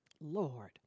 Lord